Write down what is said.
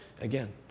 again